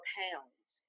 pounds